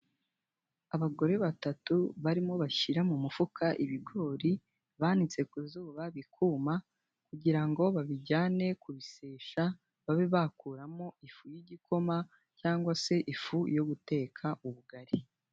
Abagore batatu barimo bashyira mu mufuka ibigori, banitse ku zuba bikuma, kugira ngo babijyane ku bisesha, babe bakuramo ifu y'igikoma, cyangwa se ifu yo guteka ubugari.